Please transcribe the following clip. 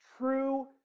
true